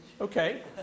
Okay